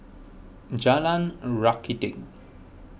Jalan Rakiti